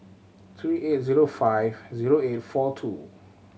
three eight zero five zero eight four two